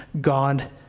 God